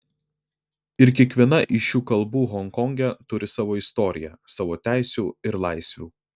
ir kiekviena iš šių kalbų honkonge turi savo istoriją savo teisių ir laisvių